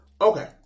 okay